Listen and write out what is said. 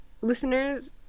listeners